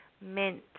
mint